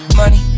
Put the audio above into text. money